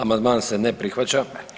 Amandman se ne prihvaća.